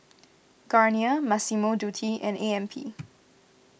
Garnier Massimo Dutti and A M P